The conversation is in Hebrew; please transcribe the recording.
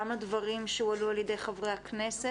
גם על דברים שהועלו על ידי חברי הכנסת